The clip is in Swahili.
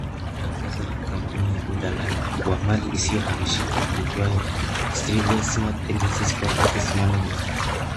Kuna matangazo ya kampuni la udalali wa mali isiyohamishika iitwayo Trivay Smart Agencies Properties Managers .